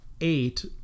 eight